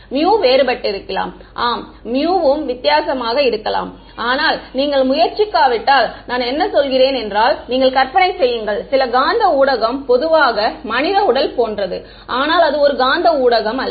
μ வேறுபட்டிருக்கலாம் ஆமாம் μ ம் வித்தியாசமாக இருக்கலாம் ஆனால் நீங்கள் முயற்சிக்காவிட்டால் நான் என்ன சொல்கிறேன் என்றால் நீங்கள் கற்பனை செய்யுங்கள் சில காந்த ஊடகம் பொதுவாக மனித உடல் போன்றது ஆனால் அது ஒரு காந்த ஊடகம் அல்ல